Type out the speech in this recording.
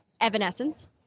Evanescence